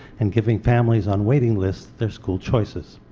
and giving families on waiting lists their school choices.